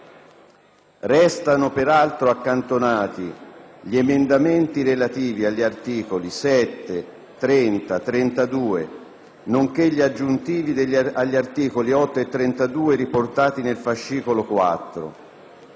Restano peraltro accantonati gli emendamenti agli articoli 7, 30, 32, nonché gli aggiuntivi agli articoli 8 e 12 riportati nel fascicolo 4.